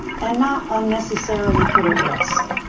and not unnecessarily put at risk.